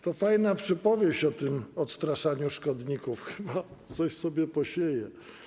To fajna przypowieść o tym odstraszaniu szkodników, chyba coś sobie posieję.